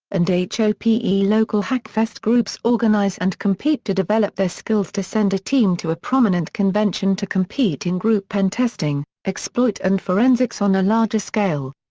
and h o p e. local hackfest groups organize and compete to develop their skills to send a team to a prominent convention to compete in group pentesting, exploit and forensics on a larger scale.